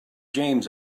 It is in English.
james